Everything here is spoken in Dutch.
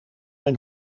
mijn